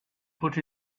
put